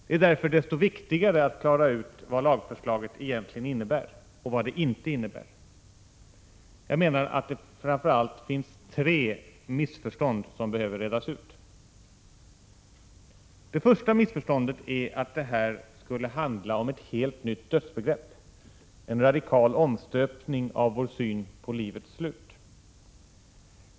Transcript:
Det är därför desto viktigare att klara ut vad lagförslaget egentligen innebär och vad det inte innebär. Jag menar att det framför allt finns tre missförstånd som behöver redas ut. Det första missförståndet är att det här skulle handla om ett helt nytt dödsbegrepp, en radikal omstöpning av vår syn på livets slut.